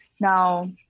Now